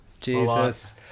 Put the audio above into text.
Jesus